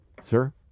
sir